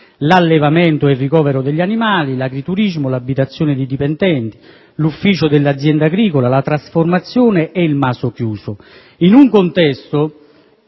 l'allevamento e il ricovero degli animali, l'agriturismo, l'abitazione dei dipendenti, l'ufficio dell'azienda agricola, la trasformazione ed il maso chiuso). In un contesto